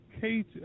Kate